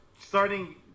starting